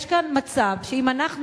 יש כאן מצב שאם אנחנו,